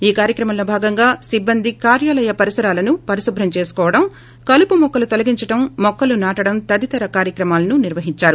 ఈ కార్యక్రమంలో భాగంగా సిబ్బంది కార్యాలయ పరిసరాలను పరిశుభ్రం చేసుకోవడం కలుపు మొక్కలు తొలగించడం మొక్కలు నాటడం తదితర కార్యక్రమాలనునిర్వహించారు